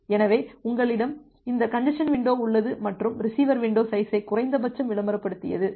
எனவே உங்களிடம் இந்த கஞ்ஜசன் வின்டோ உள்ளது மற்றும் ரிசீவர் வின்டோ சைஸை குறைந்தபட்சம் விளம்பரப்படுத்தியது